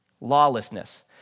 lawlessness